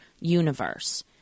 universe